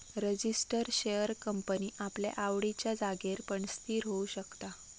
register share company आपल्या आवडिच्या जागेर पण स्थिर होऊ शकता